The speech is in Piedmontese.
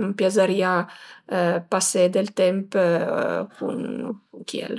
m'piazërìa pasé del temp cun chiel